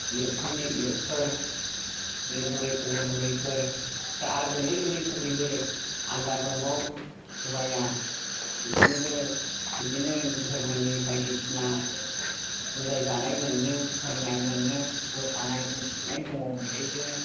इउथफोरनि इउथफोर जोंने बुरैफोरनि बुरैफोर ओमफ्राय आरो गोरलै गोरलैफोरनिबो आलदा दंबावो सभाया बेसिनाबो बिदिनो धोरोमनि बायदिसिना बुजाय जानाय मोनो फोरोंनाय मोनो मोसानाय मुसुरनाय दङ बेवहायबो